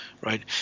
right